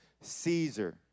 Caesar